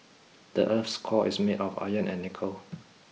the earth's core is made of iron and nickel